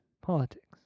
politics